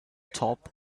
top